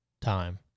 time